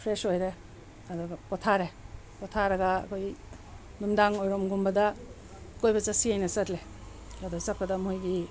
fresh ꯑꯣꯏꯔꯦ ꯑꯗꯨꯒ ꯄꯣꯊꯥꯔꯦ ꯄꯣꯊꯥꯔꯒ ꯑꯩꯈꯣꯏ ꯅꯨꯡꯗꯥꯡ ꯋꯥꯏꯔꯝꯒꯨꯝꯕꯗ ꯀꯣꯏꯕ ꯆꯠꯁꯤꯅ ꯆꯠꯂꯦ ꯑꯗ ꯆꯠꯄꯗ ꯃꯣꯏꯒꯤ